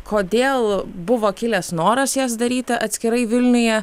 kodėl buvo kilęs noras jas daryti atskirai vilniuje